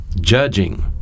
judging